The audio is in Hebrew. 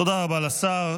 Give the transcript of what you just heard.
תודה רבה לשר.